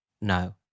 No